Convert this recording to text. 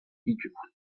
egypt